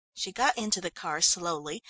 she got into the car slowly,